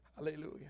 Hallelujah